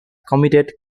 committed